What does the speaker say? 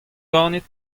ganit